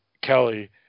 Kelly